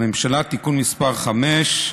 הממשלה (תיקון מס' 5)